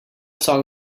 song